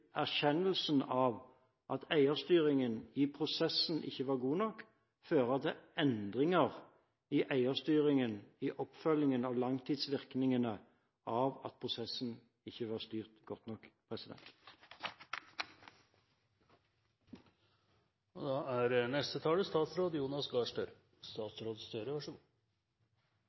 erkjennelsen av at eierstyringen i prosessen ikke var god nok, føre til endringer i eierstyringen i oppfølgingen av langtidsvirkningene av at prosessen ikke var styrt godt nok? Det har vært mye oppmerksomhet rundt sykehusene i hovedstadsregionen. Omstillingen var og er